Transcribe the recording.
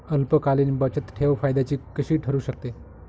अल्पकालीन बचतठेव फायद्याची कशी ठरु शकते?